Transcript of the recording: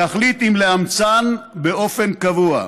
להחליט אם לאמצן באופן קבוע.